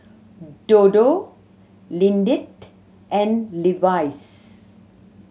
Dodo Lindt and Levi's